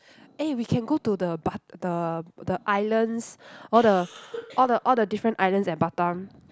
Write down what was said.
eh we can go to the bat~ the the islands all the all the all the different islands at Batam